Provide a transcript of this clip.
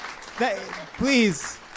please